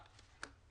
תודה.